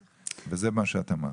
זה מה שאת אמרת.